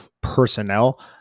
personnel